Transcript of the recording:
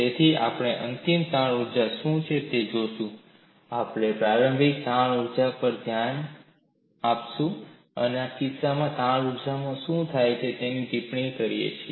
તેથી આપણે અંતિમ તાણ ઊર્જા શું છે તે જોશું આપણે પ્રારંભિક તાણ ઊર્જા પર ધ્યાન આપીશું અને આ કિસ્સામાં તાણ ઊર્જાને શું થાય છે તેની ટિપ્પણી કરીએ છીએ